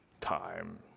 time